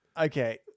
Okay